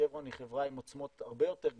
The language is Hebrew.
שברון היא חברה עם עוצמות הרבה יותר גדולות,